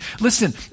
Listen